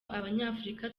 abanyafurika